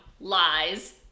lies